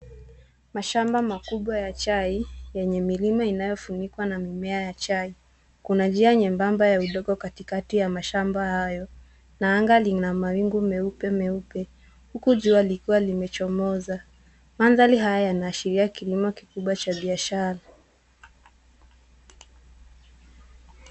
Mashamba makubwa ya chai yenye milima inayotumia na mimea ya chai. Kuna njia nyembamba ya udongo katikati ya mashamba hayo na anga lina mawingu meupe meupe huku jua likiwa limechomoza. Mandhari haya yanaashiria kilimo kikubwa cha biashara.